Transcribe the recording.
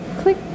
click